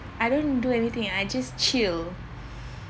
I don't do anything I just chill